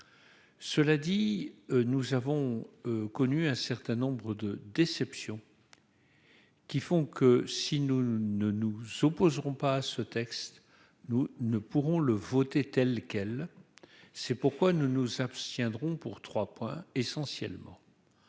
cela dit, nous avons connu un certain nombre de déceptions qui font que si nous ne nous opposerons pas ce texte, nous ne pourrons le voter telle quelle, c'est pourquoi nous nous abstiendrons pour 3, essentiellement